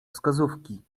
wskazówki